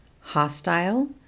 hostile